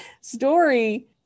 story